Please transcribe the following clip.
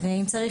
אם צריך,